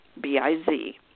B-I-Z